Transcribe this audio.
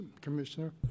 Commissioner